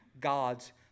God's